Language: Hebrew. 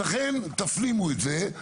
אז לכן, תפנימו את זה.